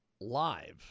live